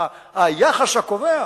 אלא היחס הקובע